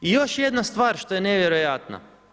I još jedna stvar, što je nevjerojatna.